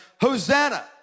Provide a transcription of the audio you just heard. Hosanna